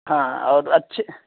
ہاں اور اچھی